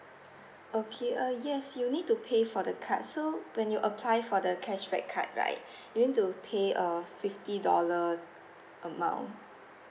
okay uh yes you need to pay for the card so when you apply for the cashback card right you need to pay uh fifty dollar amount